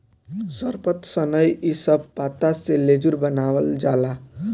सरपत, सनई इ सब पत्ता से लेजुर बनावाल जाला